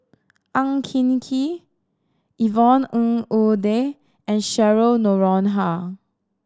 Ang Hin Kee Yvonne Ng Uhde and Cheryl Noronha